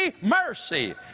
mercy